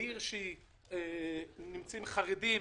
בעיר שנמצאים בה חרדים,